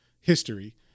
history